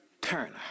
Turner